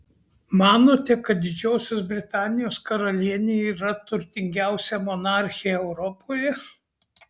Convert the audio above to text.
manote kad didžiosios britanijos karalienė yra turtingiausia monarchė europoje